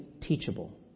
teachable